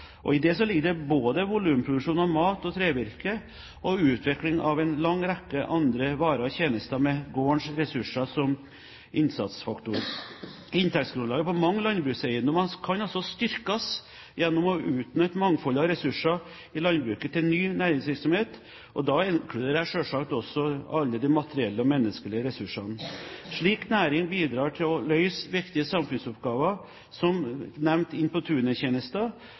I det ligger det både volumproduksjon av mat og trevirke og utvikling av en lang rekke andre varer og tjenester med gårdens ressurser som innsatsfaktor. Inntektsgrunnlaget på mange landbrukseiendommer kan altså styrkes gjennom å utnytte mangfoldet av ressurser i landbruket til ny næringsvirksomhet, og da inkluderer jeg selvsagt også alle de materielle og menneskelige ressursene. En slik næring bidrar til å løse viktige samfunnsoppgaver, som nevnt Inn på